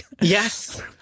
Yes